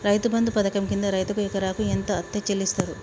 రైతు బంధు పథకం కింద రైతుకు ఎకరాకు ఎంత అత్తే చెల్లిస్తరు?